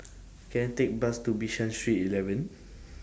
Can I Take A Bus to Bishan Street eleven